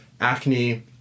acne